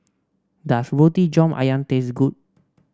does Roti John ayam taste good